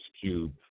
Cube